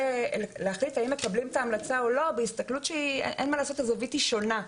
ולהחליט האם מקבלים את ההמלצה או לא בהסתכלות שהזווית בה שונה.